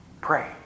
Pray